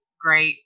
great